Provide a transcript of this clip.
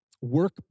work